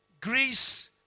Greece